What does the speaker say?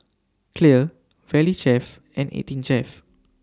Clear Valley Chef and eighteen Chef